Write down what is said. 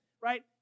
right